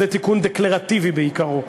זה תיקון דקלרטיבי בעיקרו.